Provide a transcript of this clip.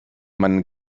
meinen